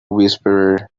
whisperer